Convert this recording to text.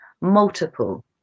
multiple